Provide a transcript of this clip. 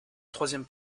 troisième